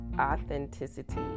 authenticity